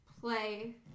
play